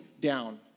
down